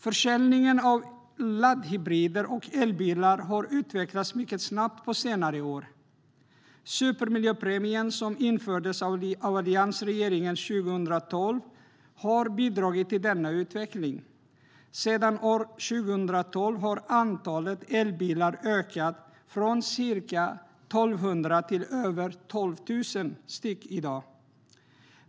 Försäljningen av laddhybrider och elbilar har utvecklats mycket snabbt under senare år. Supermiljöpremien, som infördes av alliansregeringen 2012, har bidragit till denna utveckling. Sedan år 2012 har antalet elbilar ökat från ca 1 200 till över 12 000 i dag.